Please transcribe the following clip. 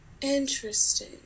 Interesting